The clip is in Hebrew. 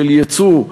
של ייצוא,